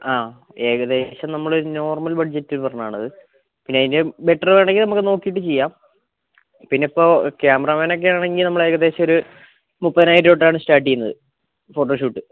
ആ ഏകദേശം നമ്മൾ നോർമൽ ബഡ്ജറ്റ് പറഞ്ഞതാണ് അത് പിന്നെ അതിന്റേയും ബെറ്ററ് വേണമെങ്കിൽ നമുക്ക് നോക്കിയിട്ട് ചെയ്യാം പിന്നെ ഇപ്പോൾ ക്യാമറമാനൊക്കെ ആണെങ്കിൽ നമ്മൾ ഏകദേശം ഒരു മുപ്പതിനായിരം രൂപ തൊട്ടാണ് സ്റ്റാർട്ട് ചെയ്യുന്നത് ഫോട്ടോഷൂട്ട്